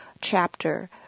chapter